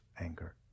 anger